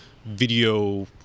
Video